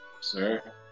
sir